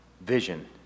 vision